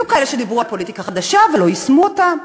היו כאלה שדיברו על פוליטיקה חדשה ולא יישמו אותה.